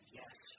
yes